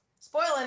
Spoiling